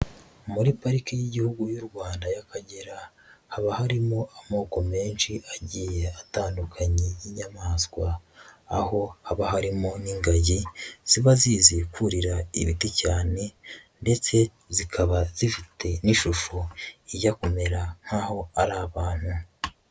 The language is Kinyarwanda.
Muri Parike y'Igihugu y'u Rwanda y'Akagera haba harimo amoko menshi agiye atandukanye y'inyamaswa, aho haba harimo n'ingagi ziba zizi kurira ibiti cyane ndetse zikaba zifite n'ishusho ijya kumera nkaho ari abantu.